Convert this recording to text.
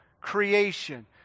creation